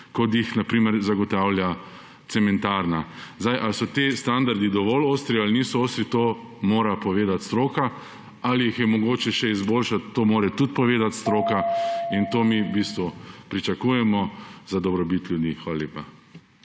kot jih na primer zagotavlja cementarna. Zdaj, ali so ti standardi dovolj ostri ali niso ostri, to mora povedati stroka, ali jih je mogoče še izboljšati, to mora tudi povedati stroka. To v bistvu mi pričakujemo za dobrobit ljudi. Hvala lepa.